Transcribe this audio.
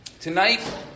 tonight